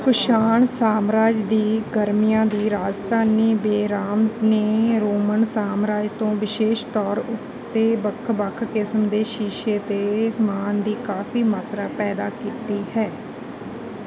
ਕੁਸ਼ਾਣ ਸਾਮਰਾਜ ਦੀ ਗਰਮੀਆਂ ਦੀ ਰਾਜਧਾਨੀ ਬੇਰਾਮ ਨੇ ਰੋਮਨ ਸਾਮਰਾਜ ਤੋਂ ਵਿਸ਼ੇਸ਼ ਤੌਰ ਉੱਤੇ ਵੱਖ ਵੱਖ ਕਿਸਮ ਦੇ ਸ਼ੀਸ਼ੇ ਦੇ ਸਮਾਨ ਦੀ ਕਾਫ਼ੀ ਮਾਤਰਾ ਪੈਦਾ ਕੀਤੀ ਹੈ